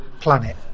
planet